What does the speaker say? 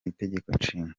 itegekonshinga